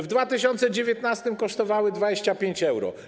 W 2019 r. kosztowały 25 euro.